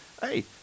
Hey